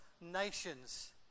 nations